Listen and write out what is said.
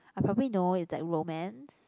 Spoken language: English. I probably know it's like romance